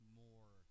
more